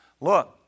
look